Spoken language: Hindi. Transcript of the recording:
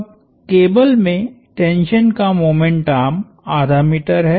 अब केबल में टेंशन का मोमेंट आर्म आधा मीटर है